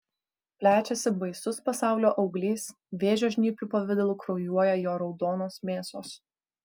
plečiasi baisus pasaulio auglys vėžio žnyplių pavidalu kraujuoja jo raudonos mėsos